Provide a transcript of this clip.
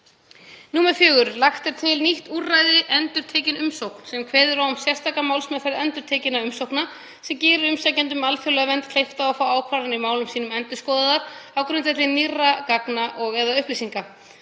á kerfinu. 4. Lagt er til nýtt úrræði, endurtekin umsókn, sem kveður á um sérstaka málsmeðferð endurtekinna umsókna sem gerir umsækjendum um alþjóðlega vernd kleift að fá ákvarðanir í málum sínum endurskoðaðar á grundvelli nýrra gagna og/eða upplýsinga.